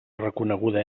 reconeguda